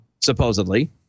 supposedly